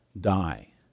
die